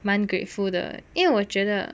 满 grateful the 因为我觉得